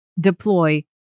deploy